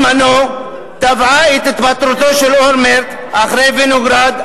תבעה את התפטרותו של אולמרט אחרי דוח-וינוגרד,